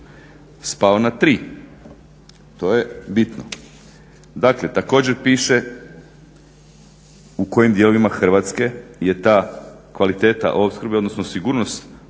spao na 3. To je bitno. Dakle također piše u kojim dijelovima Hrvatske je ta kvaliteta opskrbe, odnosno sigurnost opskrbe